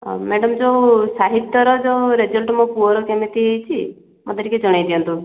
madam ଯୋଉ ସାହିତ୍ୟର ଯେଉଁ ରେଜଲ୍ଟ ମୋ ପୁଅର କେମିତି ହୋଇଛି ମୋତେ ଟିକିଏ ଜଣାଇ ଦିଅନ୍ତୁ